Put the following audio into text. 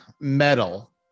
metal